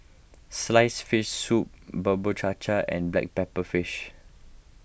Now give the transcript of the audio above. Sliced Fish Soup Bubur Cha Cha and Black Pepper Fish